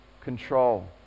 control